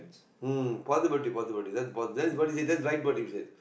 mm possible it's possible that's right what you said